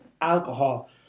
alcohol